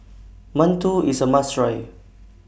mantou IS A must Try